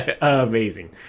amazing